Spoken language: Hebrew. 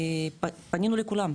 פנינו לכולם,